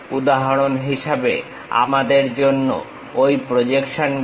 উদাহরণ হিসেবে আমাদের জন্য ঐ প্রজেকশন গুলো